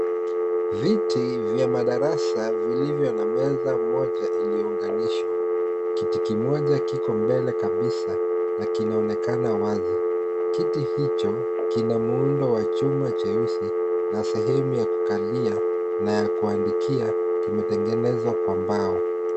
Viti vya madarasa vilivyo na meza moja iliyounganishwa. Kiti kimoja kiko mbele kabisa na kinaonekana wazi. Kiti hicho kina muundo wa chuma cheusi na sehemu ya kukalia na ya kuandikia kimetengenezwa kwa mbao.